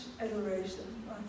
adoration